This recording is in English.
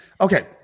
okay